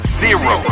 zero